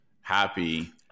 happy